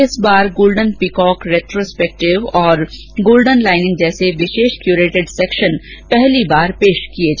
इस बार golden peacock retrospective और गोल्डन लाइनिंग जैसे विशेष क्यूरेटेड सेक्शन पहली बार पेश किए गए हैं